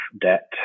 debt